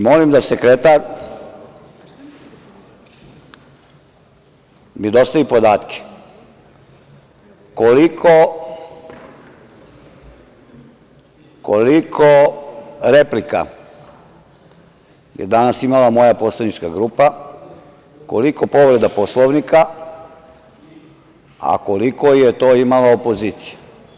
Molim da sekretar mi dostavi podatke koliko replika je danas imala moja poslanička grupa, koliko povreda Poslovnika, a koliko je to imala opozicija.